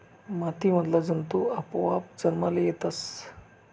माती मधला जंतु आपोआप जन्मले येतस